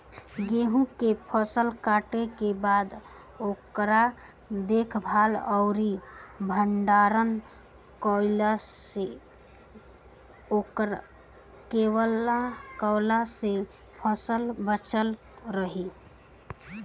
गेंहू के फसल कटला के बाद ओकर देखभाल आउर भंडारण कइसे कैला से फसल बाचल रही?